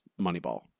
Moneyball